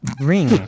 Ring